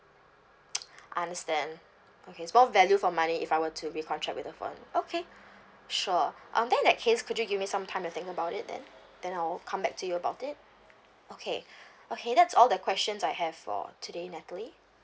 understand okay it's more value for money if I were to recontract with the phone okay sure um then in that case could you give me some time to think about it then then I'll come back to you about it okay okay that's all the questions I have for today natalie